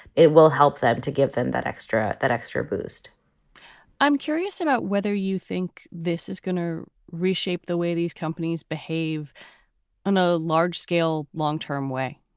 it will help them to give them that extra that extra boost i'm curious about whether you think this is going to reshape the way these companies behave on a large scale, long term way